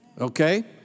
Okay